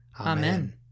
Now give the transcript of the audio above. Amen